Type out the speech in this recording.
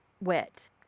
wet